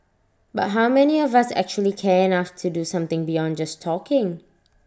but how many of us actually care enough to do something beyond just talking